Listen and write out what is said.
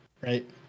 right